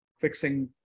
fixing